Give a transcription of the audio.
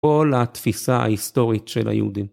כל התפיסה ההיסטורית של היהודים.